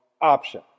option